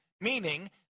meaning